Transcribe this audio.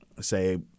say